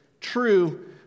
true